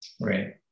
Right